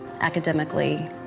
academically